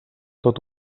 tot